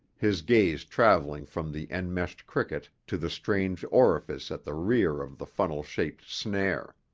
his gaze traveling from the enmeshed cricket to the strange orifice at the rear of the funnel-shaped snare.